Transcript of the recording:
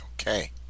okay